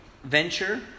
Venture